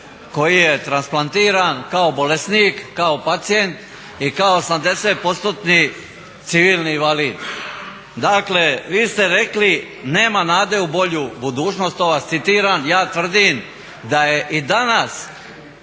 koji je transplantiran, kao bolesnik, kao pacijent i kao 80%-ni civilni invalid. Dakle, vi ste rekli nema nade u bolju budućnost, to vas citiram, ja tvrdim da je i danas